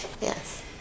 Yes